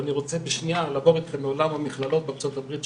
ואני רוצה לשניה לעבור אתכם לעולם המכללות בארצות הברית,